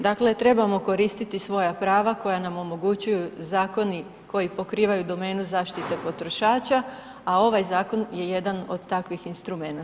Dakle, trebamo koristiti svoja prava koja nam omogućuju zakoni koji pokrivaju domenu zaštite potrošača, a ovaj zakon je jedan od takvih instrumenata.